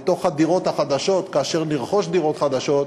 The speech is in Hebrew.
בתוך הדירות החדשות, כאשר נרכוש דירות חדשות,